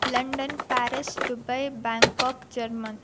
London Paris Dubai Bangkok Germany